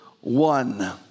one